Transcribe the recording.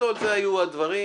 בגדול אלה היו הדברים.